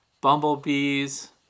bumblebees